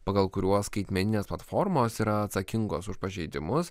pagal kuriuos skaitmeninės platformos yra atsakingos už pažeidimus